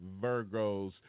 Virgos